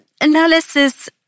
analysis